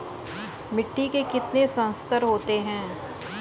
मिट्टी के कितने संस्तर होते हैं?